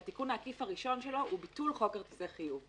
שהתיקון העקיף הראשון שלה הוא ביטול חוק כרטיסי חיוב.